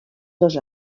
dos